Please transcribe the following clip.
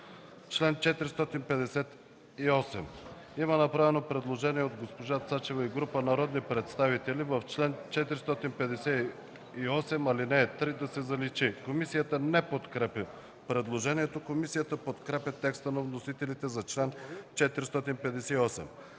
чл. 458 има направено предложение от госпожа Цачева и група народни представители – в чл. 458, ал. 3 се заличава. Комисията не подкрепя предложението. Комисията подкрепя текста на вносителите за чл. 458.